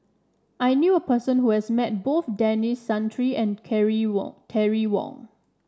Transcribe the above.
I knew a person who has met both Denis Santry and Carry Wong Terry Wong